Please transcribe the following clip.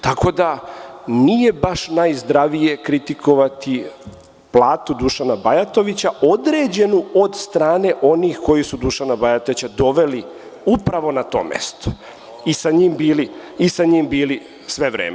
Tako da, nije baš najzdravije kritikovati platu Dušana Bajatovića, određenu od strane onih koji su Dušana Bajatovića doveli upravo na to mesto i sa njim bili sve vreme.